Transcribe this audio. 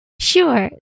Sure